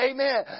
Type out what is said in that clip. Amen